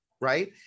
right